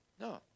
No